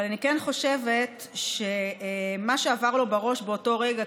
אבל אני כן חושבת שמה שעבר לו בראש באותו רגע,